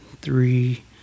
three